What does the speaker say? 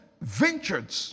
ventured